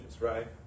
right